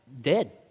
dead